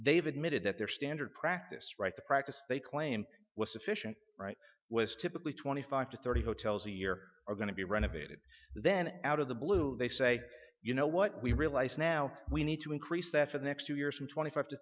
they've admitted that their standard practice right the practice they claimed was sufficient right was typically twenty five to thirty hotels a year are going to be renovated then out of the blue they say you know what we realize now we need to increase that for the next two years from twenty five to